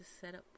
setup